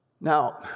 Now